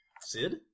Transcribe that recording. Sid